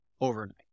overnight